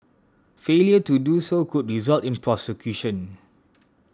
failure to do so could result in prosecution